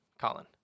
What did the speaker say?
Colin